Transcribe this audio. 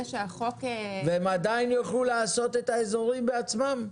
שהחוק --- והן עדיין יילכו לעשות את האזורי בעצמן.